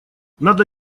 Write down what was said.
надо